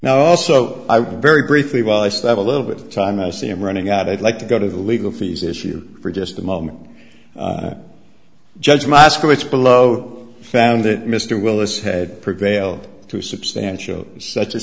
now also very briefly while i still have a little bit of time mostly i'm running out i'd like to go to the legal fees issue for just a moment judge moscowitz below found that mr willis had prevailed to substantial such a